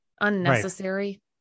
unnecessary